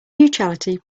neutrality